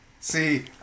see